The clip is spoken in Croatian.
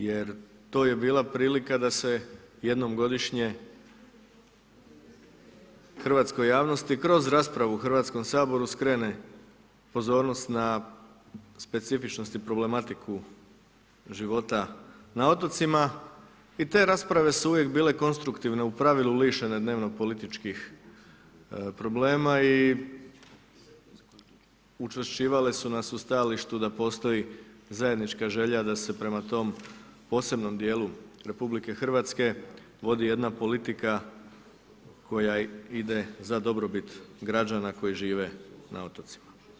Jer, to je bila prilika, da se jednom godišnje, hrvatskoj javnosti, kroz raspravu u Hrvatskom saboru, skrene pozornost na specifičnosti i problematiku života na otocima i te rasprave su uvijek bile konstruktivne, u pravilu, lišene dnevno političkih problema i učvršćivale su nas u stajalištu da postoji zajednička želja da se prema tome, posebnom dijelu RH vodi jedna politika koja ide za dobrobit građana koji žive na otocima.